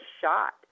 shot